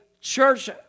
church